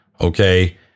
Okay